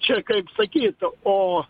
čia kaip sakyt o